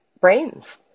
brains